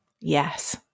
Yes